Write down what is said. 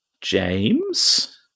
James